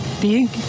big